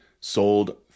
sold